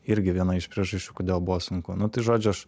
irgi viena iš priežasčių kodėl buvo sunku nu tai žodžiu aš